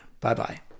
Bye-bye